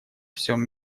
всем